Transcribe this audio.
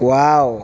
wow